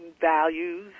values